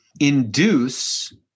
induce